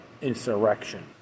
Insurrection